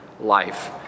life